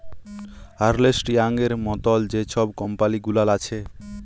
আর্লেস্ট ইয়াংয়ের মতল যে ছব কম্পালি গুলাল আছে